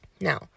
Now